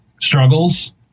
struggles